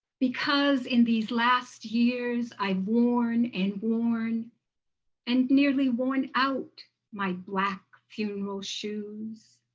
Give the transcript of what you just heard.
because in these last years i've worn and worn and nearly worn out my black funeral shoes.